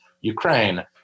Ukraine